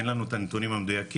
אין לנו את הנתונים המדוייקים,